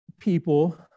people